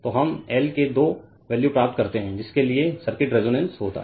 तो हम L के दो वैल्यू प्राप्त करते हैं जिसके लिए सर्किट रेसोनेन्ट होता है